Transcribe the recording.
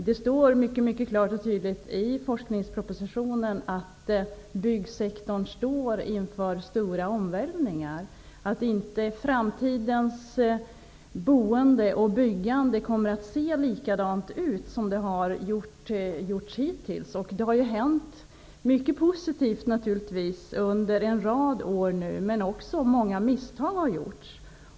Det står i forskningspropositionen mycket klart och tydligt att byggsektorn står inför stora omvälvningar och att framtidens boende och byggande inte kommer att se likadant ut som det hittills har gjort. Det har naturligtvis under en rad år hänt mycket positivt, men också många misstag har gjorts.